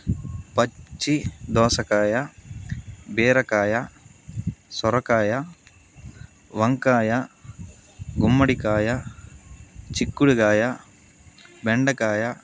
పచ్చి దోసకాయ బీరకాయ సొరకాయ వంకాయ గుమ్మడికాయ చిక్కుడుగాయ బెండకాయ